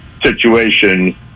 situation